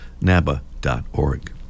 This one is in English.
naba.org